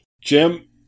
Jim